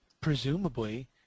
presumably